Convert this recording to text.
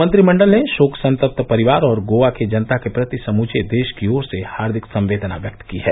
मंत्रिमंडल ने शोक संतप्त परिवार और गोवा की जनता के प्रति समूचे देश की ओर से हार्दिक संवेदना व्यक्त की है